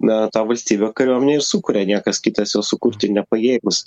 na tą valstybę kariuomenė ir sukuria niekas kitas jos sukurti nepajėgūs